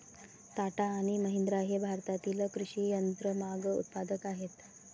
टाटा आणि महिंद्रा हे भारतातील कृषी यंत्रमाग उत्पादक आहेत